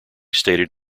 stated